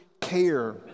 care